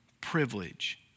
privilege